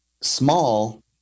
small